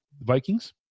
Vikings